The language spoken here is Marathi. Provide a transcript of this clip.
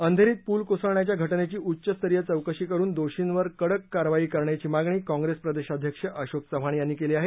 अंधेरीत पूल कोसळण्याच्या घटनेची उच्चस्तरीय चौकशी करून दोषींवर कडक कारवाई करण्याची मागणी काँप्रेस प्रदेशाध्यक्ष अशोक चव्हाण यांनी केली आहे